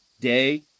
day